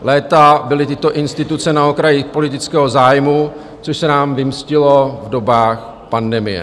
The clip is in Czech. Léta byly tyto instituce na okraji politického zájmu, což se nám vymstilo v dobách pandemie.